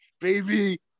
baby